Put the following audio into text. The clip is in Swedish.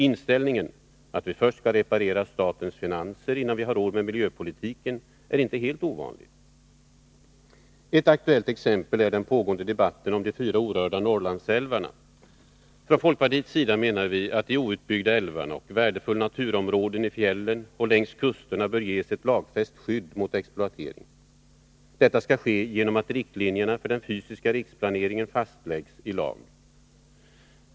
Inställningen att vi först skall reparera statens finanser, innan vi har råd med miljöpolitiken, är inte helt ovanlig. Ett aktuellt exempel är den pågående debatten om de fyra orörda Norrlandsälvarna. Från folkpartiets sida menar vi att de outbyggda älvarna och värdefulla naturområden i fjällen och längs kusterna bör ges ett lagfäst skydd mot exploatering. Detta skall ske genom att riktlinjerna för den fysiska riksplaneringen fastläggs i lag.